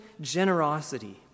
generosity